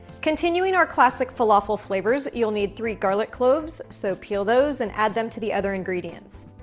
continuing our classic falafel flavors, you'll need three garlic cloves, so peel those and add them to the other ingredients.